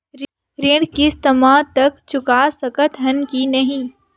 ऋण किस्त मा तक चुका सकत हन कि नहीं?